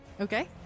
Okay